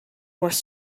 was